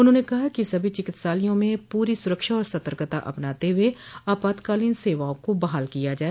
उन्होंने कहा कि सभी चिकित्सालयों में पूरी सुरक्षा और सर्तकता अपनाते हुए आपातकालीन सेवाओं को बहाल किया जाए